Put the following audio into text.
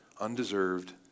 undeserved